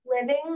living